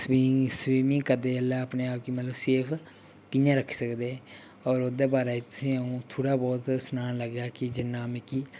स्वी स्वीमिंग करदे जेल्लै अपने आप गी मतलब सेफ कि'यां रक्खी सकदे होर ओह्दे बारे च तुसेंगी अ'ऊं थोह्ड़ा बहुत सनान लग्गेआं कि जिन्ना मिगी